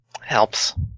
Helps